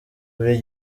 buri